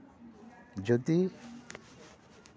ᱡᱩᱫᱤ